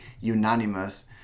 unanimous